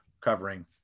covering